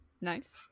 Nice